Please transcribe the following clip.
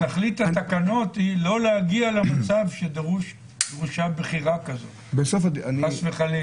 להגיע בתקנות למצב שדרושה בחירה כזאת, חס וחלילה.